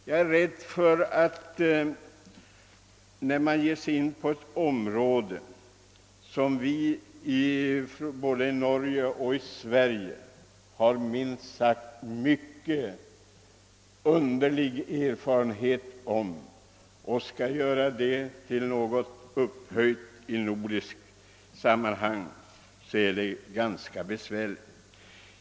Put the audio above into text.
Jag anser att det är mycket vanskligt att på det nordiska planet ta upp ett samarbete på ett område, där vi både i Norge och i Sverige har minst sagt underliga erfarenheter.